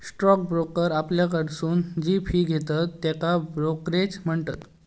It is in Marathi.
स्टॉक ब्रोकर आपल्याकडसून जी फी घेतत त्येका ब्रोकरेज म्हणतत